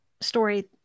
story